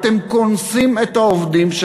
אתם קונסים את העובדים.